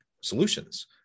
solutions